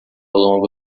longo